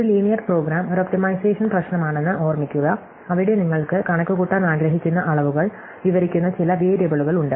ഒരു linear program ഒരു optimisation പ്രശ്നമാണെന്ന് ഓർമ്മിക്കുക അവിടെ നിങ്ങൾക്ക് കണക്കുകൂട്ടാൻ ആഗ്രഹിക്കുന്ന അളവുകൾ വിവരിക്കുന്ന ചില വേരിയബിളുകൾ ഉണ്ട്